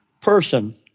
person